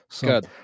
Good